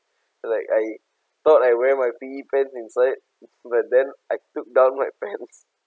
and like I thought I wear my P_E pants inside but then I took down my pants